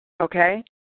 okay